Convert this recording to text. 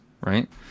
right